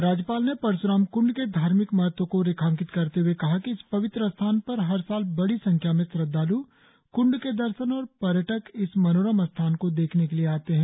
राज्यपाल ने परश्राम कूंड के धार्मिक महत्व को रेंखाकित करते हुए कहा कि इस पवित्र स्थान पर हर साल बड़ी संख्या में श्रद्वाल् कंड के दर्शन और पर्यटक इस मनोरम स्थान को देखने के लिए आते है